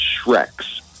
shreks